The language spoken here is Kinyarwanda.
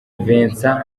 vincent